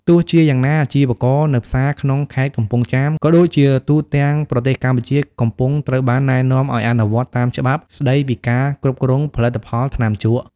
ទោះជាយ៉ាងណា អាជីវករនៅផ្សារក្នុងខេត្តកំពង់ចាម ក៏ដូចជាទូទាំងប្រទេសកម្ពុជា កំពុងត្រូវបានណែនាំឲ្យអនុវត្តតាមច្បាប់ស្ដីពីការគ្រប់គ្រងផលិតផលថ្នាំជក់។